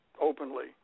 openly